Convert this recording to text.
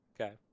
Okay